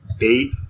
eight